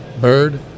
bird